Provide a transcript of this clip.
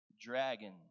dragon